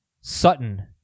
Sutton